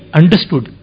understood